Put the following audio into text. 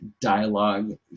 dialogue